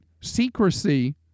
secrecy